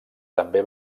també